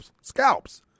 scalps